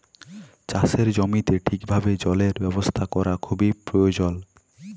চাষের জমিতে ঠিকভাবে জলের ব্যবস্থা ক্যরা খুবই পরয়োজল